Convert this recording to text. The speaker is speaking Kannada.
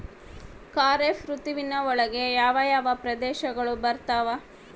ಖಾರೇಫ್ ಋತುವಿನ ಒಳಗೆ ಯಾವ ಯಾವ ಪ್ರದೇಶಗಳು ಬರ್ತಾವ?